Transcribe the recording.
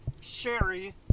Sherry